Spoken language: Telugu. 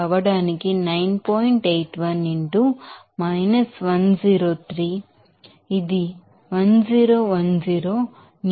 81 into 103 ఇది 1010 neutron per Newton meter per kg మీకు తెలుసు